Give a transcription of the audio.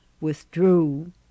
withdrew